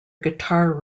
guitar